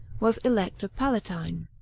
was elector palatine.